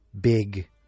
big